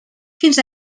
fins